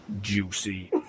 Juicy